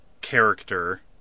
character